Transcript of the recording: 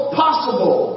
possible